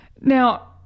Now